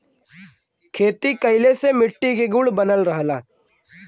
खेती कइले से मट्टी के गुण बनल रहला